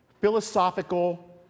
philosophical